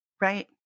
Right